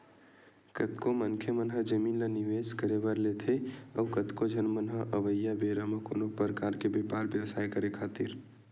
कतको मनखे मन ह जमीन ल निवेस करे बर लेथे अउ कतको झन मन ह अवइया बेरा म कोनो परकार के बेपार बेवसाय करे खातिर